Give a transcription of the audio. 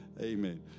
Amen